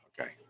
Okay